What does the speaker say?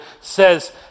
says